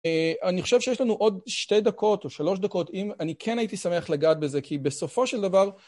אני חושב שיש לנו עוד שתי דקות או שלוש דקות אם אני כן הייתי שמח לגעת בזה כי בסופו של דבר